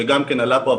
שגם כן עלה פה,